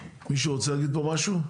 מישהו רוצה להגיד פה משהו?